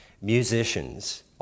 musicians